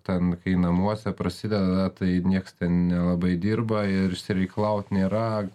ten kai namuose prasideda tai nieks nelabai dirba ir išsireikalaut nėra